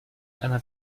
einer